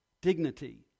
dignity